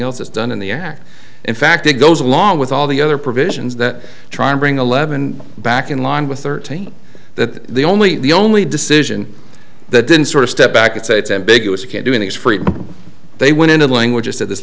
else it's done in the act in fact it goes along with all the other provisions that try and bring eleven back in line with thirteen that the only the only decision that then sort of step back and say it's ambiguous a kid doing it is free they went into the language of this